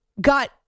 got